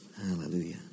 Hallelujah